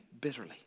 bitterly